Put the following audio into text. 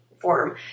form